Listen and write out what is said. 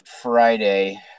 Friday